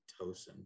oxytocin